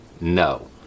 No